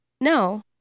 No